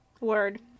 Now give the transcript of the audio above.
Word